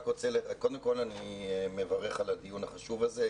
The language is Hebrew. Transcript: קודם כל אני מברך על הדיון החשוב הזה,